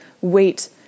wait